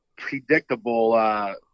predictable